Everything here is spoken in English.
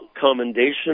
commendation